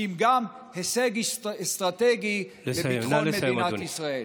כי אם גם הישג אסטרטגי לביטחון מדינת ישראל.